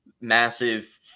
massive